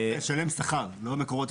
כן.